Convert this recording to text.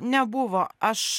nebuvo aš